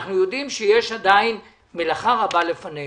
אנחנו יודעים שיש עדיין מלאכה רבה לפנינו.